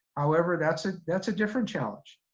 however, that's ah that's a different challenge.